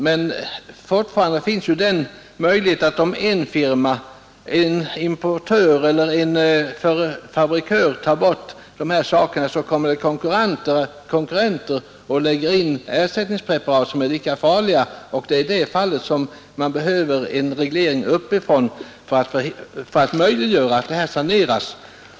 Men fortfarande finns ju den möjligheten att om en importör eller en fabrikör slopar sådana här medel kommer konkurrenter och lägger in ersättningspreparat som är lika farliga. Det är i sådana fall det behövs en reglering uppifrån för att möjliggöra en sanering.